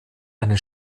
einen